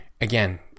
again